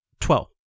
Twelve